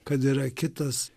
kad yra kitas